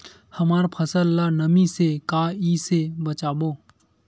हमर फसल ल नमी से क ई से बचाबो?